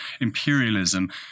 imperialism